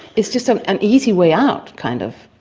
is just an an easy way out, kind of.